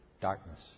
darkness